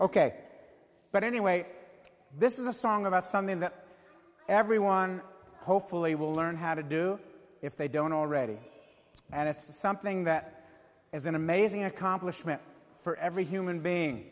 ok but anyway this is a song about something that everyone hopefully will learn how to do if they don't already and it's something that is an amazing accomplishment for every human being